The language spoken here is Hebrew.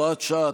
הוראת שעה),